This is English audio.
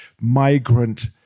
migrant